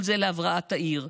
וכל זה להבראת העיר.